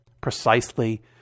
precisely